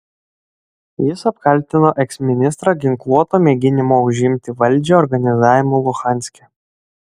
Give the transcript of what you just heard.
jis apkaltino eksministrą ginkluoto mėginimo užimti valdžią organizavimu luhanske